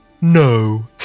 No